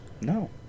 No